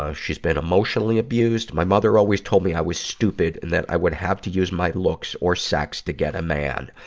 ah she's been emotionally abused. my mother always told me i was stupid and that i would have to use my looks or sex to get a man.